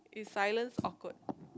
silence awkward